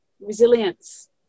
Resilience